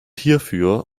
hierfür